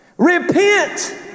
Repent